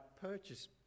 purchase